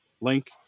link